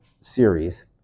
series